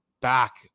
back